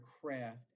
craft